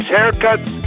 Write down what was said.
Haircuts